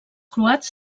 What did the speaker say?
croats